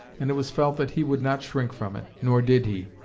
and it was felt that he would not shrink from it. nor did he.